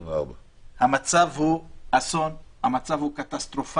24. המצב הוא אסון, המצב הוא קטסטרופלי.